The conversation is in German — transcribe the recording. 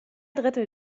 drittel